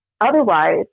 otherwise